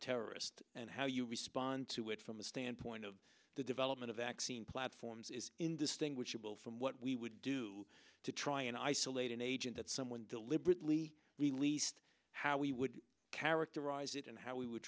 terrorist and how you respond to it from a standpoint of the development of vaccine platforms is indistinguishable from what we would do to try and isolate an agent that someone deliberately released how we would characterize it and how we would